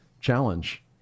challenge